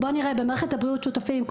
- במערכת הבריאות שותפים בתי החולים,